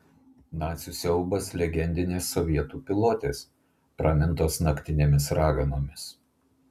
nacių siaubas legendinės sovietų pilotės pramintos naktinėmis raganomis